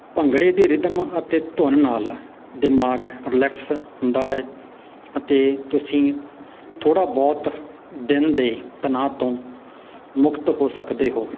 ਭੰਗੜੇ ਦੀ ਰਿਧਮ ਅਤੇ ਧੁੰਨ ਨਾਲ ਦਿਮਾਗ ਰਿਲੈਕਸ ਹੁੰਦਾ ਹੈ ਅਤੇ ਤੁਸੀਂ ਥੋੜ੍ਹਾ ਬਹੁਤ ਦਿਨ ਦੇ ਤਣਾਅ ਤੋਂ ਮੁਕਤ ਹੋ ਸਕਦੇ ਹੋ